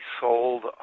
sold –